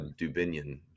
Dubinian